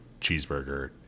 cheeseburger